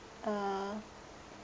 uh